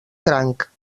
cranc